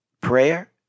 Prayer